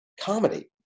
comedy